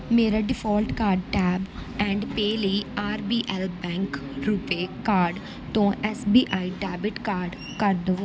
ਮੇਰਾ default card tap and pay ਲਈ R B L bank RuPay card ਤੋਂ S B I debit card ਕਰ ਦਵੋ